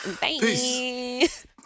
Peace